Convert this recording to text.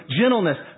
gentleness